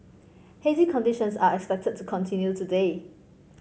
hazy conditions are expected to continue today